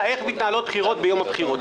איך מתנהלות בחירות ביום הבחירות.